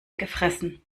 gefressen